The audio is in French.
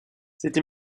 cette